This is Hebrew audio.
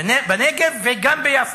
בנגב וגם ביפו.